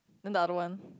then the other one